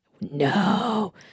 no